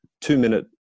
two-minute